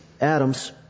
Adam's